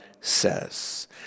says